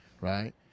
right